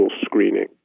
screening